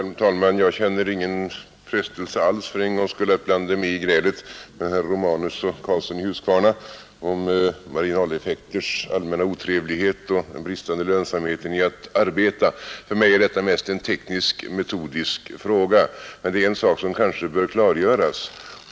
Herr talman! Jag känner för en gångs skull ingen frestelse alls att blanda mig i grälet mellan herr Romanus och herr Karlsson i Huskvarna om marginaleffekters allmänna otrevlighet och den bristande lönsamheten i att arbeta. För mig är detta mest en teknisk och metodisk fråga. Men det är en sak som kanske bör klargöras.